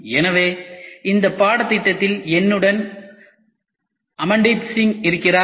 எனவே இந்த பாடத்திட்டத்தில் என்னுடன் அமண்டீப் சிங் இருக்கிறார்